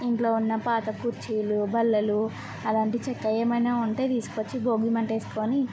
ఇంట్లో ఉన్న పాత కుర్చీలూ బల్లలూ అలాంటి చెక్క ఏమయినా ఉంటే తీసుకొచ్చి భోగీ మంట వేసుకొని